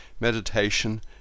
Meditation